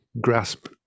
grasp